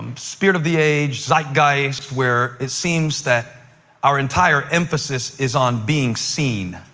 um spirit of the age, zeitgeist, where it seems that our entire emphasis is on being seen.